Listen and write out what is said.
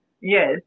yes